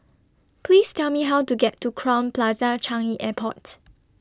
Please Tell Me How to get to Crowne Plaza Changi Airport